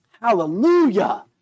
Hallelujah